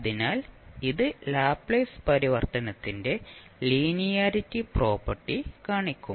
അതിനാൽ ഇത് ലാപ്ലേസ് പരിവർത്തനത്തിന്റെ ലീനിയാരിറ്റി പ്രോപ്പർട്ടി കാണിക്കും